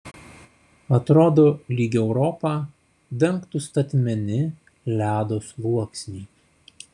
atrodo lyg europą dengtų statmeni ledo sluoksniai